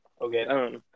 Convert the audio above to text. Okay